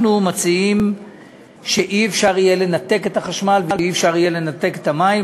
אנחנו מציעים שאי-אפשר יהיה לנתק את החשמל ואי-אפשר יהיה לנתק את המים.